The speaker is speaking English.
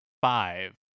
Five